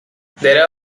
their